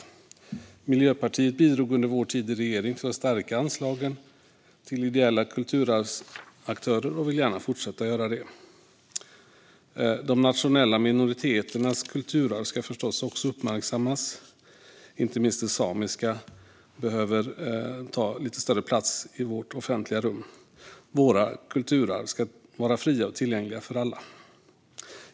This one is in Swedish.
Vi i Miljöpartiet bidrog under vår tid i regering till att stärka anslagen till ideella kulturarvsaktörer och vill gärna fortsätta att göra det. De nationella minoriteternas kulturarv ska förstås också uppmärksammas - inte minst det samiska kulturarvet behöver ta lite större plats i vårt offentliga rum. Våra kulturarv ska vara fria och tillgängliga för alla.